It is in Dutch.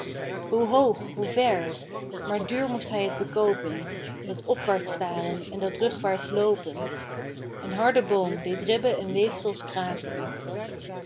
hoog hoe ver maar duur moest hij t bekoopen dat opwaarts staren en dat rugwaarts loopen een harde boom deed ribbe en weefsels kraken